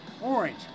Orange